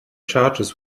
charges